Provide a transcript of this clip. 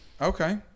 Okay